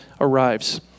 arrives